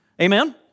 Amen